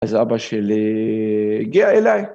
אז אבא שלי הגיע אליי.